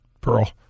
Pearl